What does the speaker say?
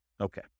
Okay